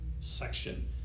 section